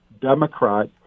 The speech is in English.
Democrat